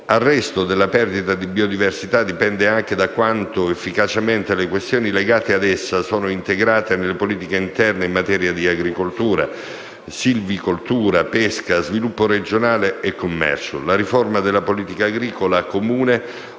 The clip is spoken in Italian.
arresto della perdita di biodiversità dipende anche da quanto efficacemente le questioni legate ad essa sono integrate nelle politiche interne in materia di agricoltura, silvicoltura, pesca, sviluppo regionale e commercio. La riforma della politica agricola comune